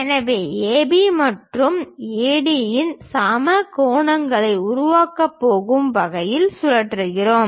எனவே AB மற்றும் AD நாம் சம கோணங்களை உருவாக்கப் போகும் வகையில் சுழல்கிறோம்